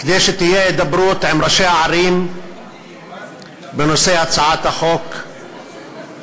כדי שתהיה הידברות עם ראשי הערים בנושא הצעת החוק שלי.